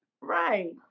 Right